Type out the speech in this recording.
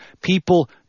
people